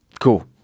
Cool